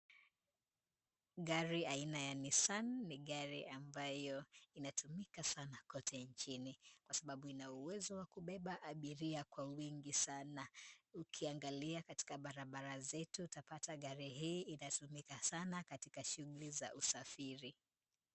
Gari aina ya nissan, ni gari ambayo inatumika sana kote nchini kwa sababu ina uwezo wa kubeba abiria kwa wingi sana. Ukiangalia katika barabara zetu utapata gari hii inatumika sana katika shughuli za usafiri.